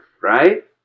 right